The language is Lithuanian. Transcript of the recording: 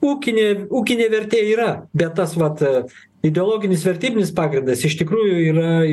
ūkinė ūkinė vertė yra bet tas vat ideologinis vertybinis pagrindas iš tikrųjų yra